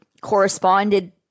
corresponded